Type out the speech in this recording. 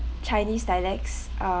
chinese dialects are